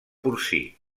porcí